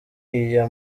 iya